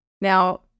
now